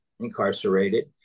incarcerated